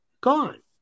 Gone